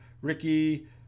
ricky